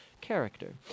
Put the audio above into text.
character